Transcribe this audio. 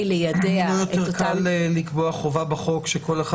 ליידע אותם --- לא יותר קל לקבוע חובה בחוק שכל אחד